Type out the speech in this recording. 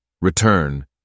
Return